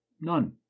None